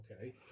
Okay